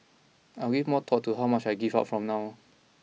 I will give more thought to how much I give out from now